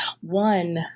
One